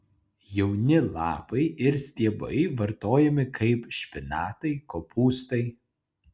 jauni lapai ir stiebai vartojami kaip špinatai kopūstai